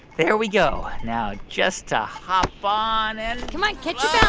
there we go. now just to hop on and. come on. catch yeah